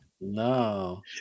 no